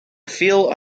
feel